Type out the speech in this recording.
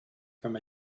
from